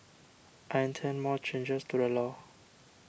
I intend more changes to the law